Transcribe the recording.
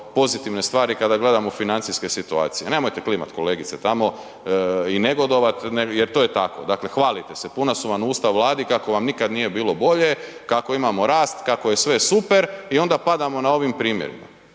pozitivne stvari kada gledamo financijske situacije. Nemojte klimat kolegice tamo i negodovat jer to je tako, dakle hvalite se, puna su vam usta u Vladi kako vam nikad nije bilo bolje, kako imamo rast, kako je sve super i onda padamo na ovim primjerima.